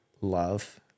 love